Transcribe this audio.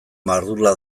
mardula